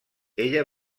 ella